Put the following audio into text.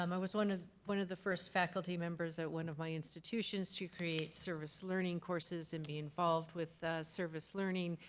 um i was one of one of the first faculty members at one of my institutions to create service learning courses and be involve with service learning.